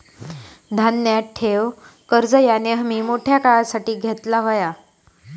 ध्यानात ठेव, कर्ज ह्या नेयमी मोठ्या काळासाठी घेतला पायजे